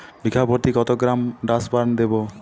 বিঘাপ্রতি কত gram Dursban দেবো?